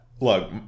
look